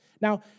Now